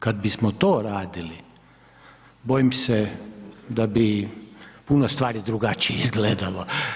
Kada bismo to radili, bojim se da bi puno stvari drugačije izgledalo.